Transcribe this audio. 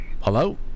Hello